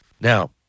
Now